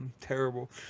terrible